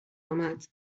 آمد